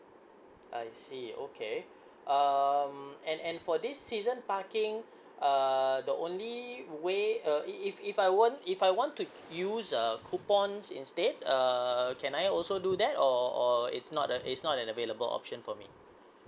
I see okay um and and for this season parking uh the only way uh if if I want if I want to use a coupons instead err can I also do that or or it's not a it's not an available option for me